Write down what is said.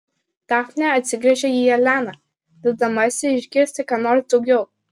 dafnė atsigręžia į eleną vildamasi išgirsti ką nors daugiau